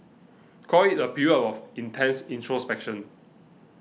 call it a period of intense introspection